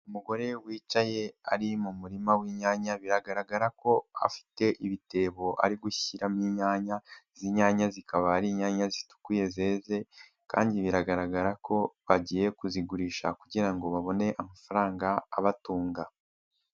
Umugore wicaye ari mu murima w'inyanya, biragaragara ko afite ibitebo ari gushyiramo inyanya, izi nyanya zikaba ari inyanya zitukuye zeze, kandi biragaragara ko bagiye kuzigurisha kugira ngo babone amafaranga abatunga.